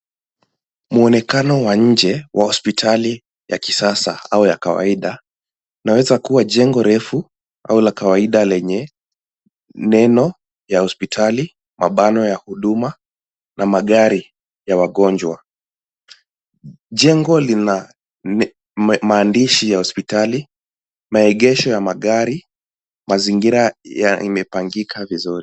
Mwonekano wa nje au wa hospitali ya kisasa au ya kawaida, inaweza kuwa jengo refu, au la kawaida lenye, neno ya hospitali, mabano ya huduma, na magari, ya wagonjwa, jengo lina, maandishi ya hospitali, maegesho ya magari, mazingira ya, imepangika vizuri.